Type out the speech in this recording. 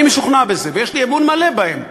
אני משוכנע בזה ויש לי אמון מלא בהם.